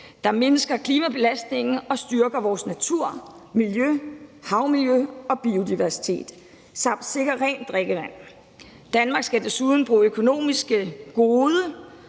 der mindsker klimabelastningen, og som styrker vores natur, miljø, havmiljø og biodiversitet samt sikrer rent drikkevand. Danmark skal desuden bruge de økonomisk gode